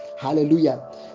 Hallelujah